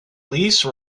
lease